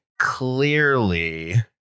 clearly